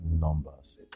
numbers